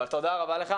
אבל תודה רבה לך.